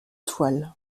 toile